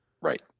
Right